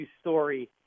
story